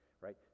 right